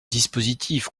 dispositif